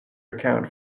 account